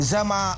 Zama